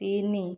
ତିନି